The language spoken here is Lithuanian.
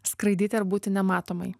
skraidyti ar būti nematomai